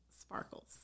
sparkles